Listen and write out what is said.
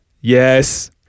Yes